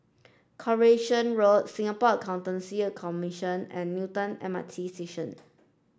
Coronation Road Singapore Accountancy Commission and Newton M R T Station